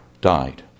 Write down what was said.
died